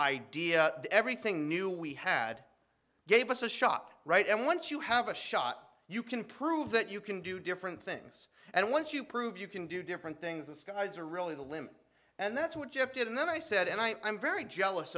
idea everything new we had gave us a shot right and once you have a shot you can prove that you can do different things and once you prove you can do different things the skies are really the limit and that's what jeff did and then i said and i'm very jealous